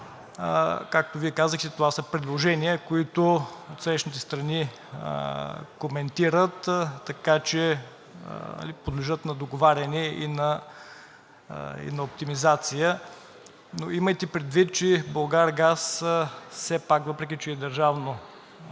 Както Вие казахте, това са предложения, които отсрещните страни коментират, така че подлежат на договаряне и на оптимизация. Но имайте предвид, че „Булгаргаз“ все пак, въпреки че е държавно